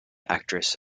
actress